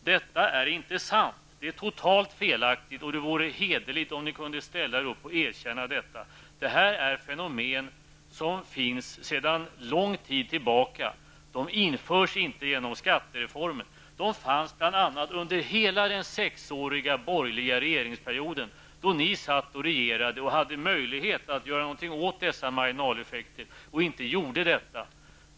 Det är inte sant. Det är totalt felaktigt. Det vore hederligt om ni kunde ställa er upp och erkänna detta. Det är fenomen som finns sedan lång tid tillbaka. De har inte införts med hjälp av skattereformen. Det fanns bl.a. under hela den sexåriga borgerliga regeringsperioden då ni regerade och hade möjlighet att göra något åt dessa marginaleffekter. Men ni gjorde inte det.